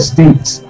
States